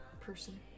person